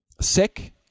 Sick